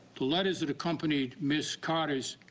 the letters that accompanied ms. carter's